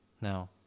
now